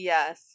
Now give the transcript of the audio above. Yes